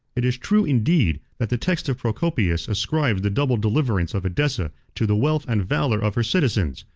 it is true, indeed, that the text of procopius ascribes the double deliverance of edessa to the wealth and valor of her citizens,